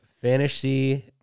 Fantasy